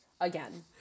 Again